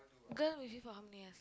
girl with you for how many years